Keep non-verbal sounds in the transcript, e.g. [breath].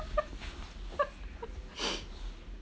[laughs] [breath]